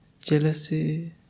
Jealousy